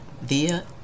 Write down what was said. via